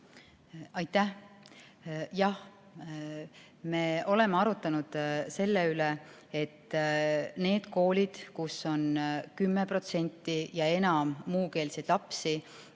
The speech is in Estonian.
Aitäh! Jah, me oleme arutanud selle üle, et need koolid, kus on 10% ja enam muukeelseid lapsi,